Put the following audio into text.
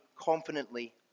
confidently